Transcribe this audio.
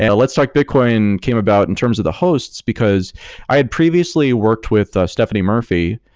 and let's talk bitcoin came about in terms of the hosts, because i had previously worked with stephanie murphy,